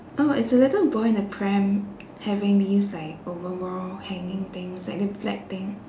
oh is the little boy in the pram having these like overall hanging things like the black thing